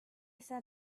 said